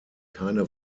keine